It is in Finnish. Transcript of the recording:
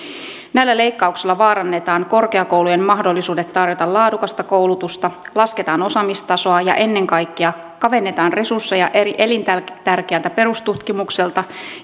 näillä leikkauksilla vaarannetaan korkeakoulujen mahdollisuudet tarjota laadukasta koulutusta lasketaan osaamistasoa ja ennen kaikkea kavennetaan resursseja elintärkeältä perustutkimukselta